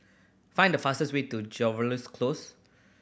find the fastest way to Jervois Close